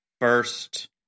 first